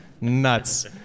Nuts